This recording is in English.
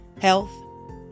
health